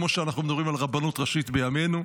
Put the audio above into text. כמו שאנחנו מדברים על רבנות ראשית בימינו,